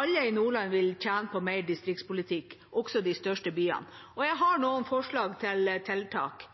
Alle i Nordland vil tjene på mer distriktspolitikk, også de største byene. Jeg har noen forslag til tiltak: